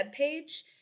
webpage